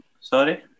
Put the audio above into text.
Sorry